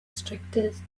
strictest